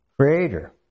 creator